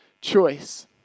choice